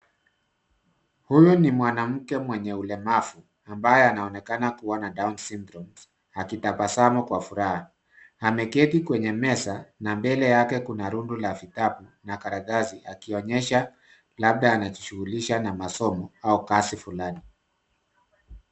Huyu ni mwanamke mwenye ulemavu ambaye anaonekana kuwa na down syndrome akitabasamu kwa furaha. Ameketi kwenye meza na mbele yake kuna rundo la vitabu na karatasi akionyesha labda anajighulisha na masomo au kazi fulani.